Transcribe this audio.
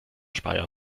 speyer